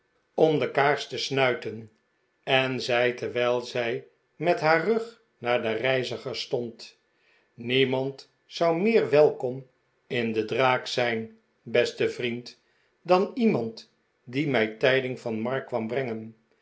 om de kaars te snuiten en zei terwijj zij met haar rug naar den reiziger stond niemand zou meer welkom in de draak zijn beste vriend dan iemand die mij tijding van mark kwam brengen